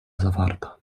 zawarta